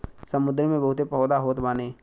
समुंदर में बहुते पौधा होत बाने